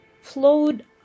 flowed